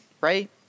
right